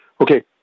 okay